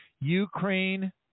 Ukraine